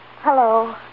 Hello